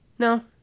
No